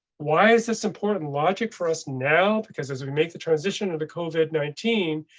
why is this important? logic for us now? because as we make the transition to the covid nineteen.